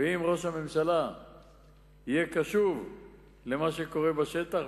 ואם ראש הממשלה יהיה קשוב למה שקורה בשטח,